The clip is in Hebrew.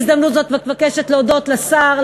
אני בהזדמנות זו מבקשת להודות לשר,